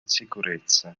sicurezza